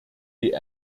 die